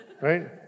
Right